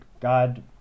God